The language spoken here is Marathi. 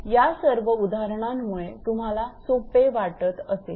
या सर्व उदाहरणांमुळे तुम्हाला सोपे वाटत असेल